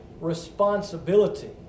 responsibility